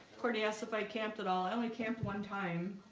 kourtney asked if i camped at all i only camped one time,